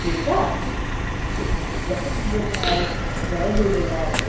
ठीकु आहे जय झूलेलाल जय झूलेलाल